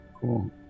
Cool